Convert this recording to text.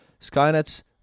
skynet's